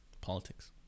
politics